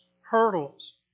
hurdles